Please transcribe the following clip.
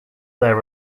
their